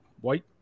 white